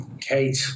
Kate